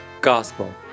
gospel